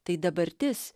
tai dabartis